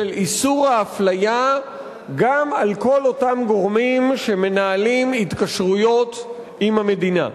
איסור האפליה גם על כל אותם גורמים שמנהלים התקשרויות עם המדינה.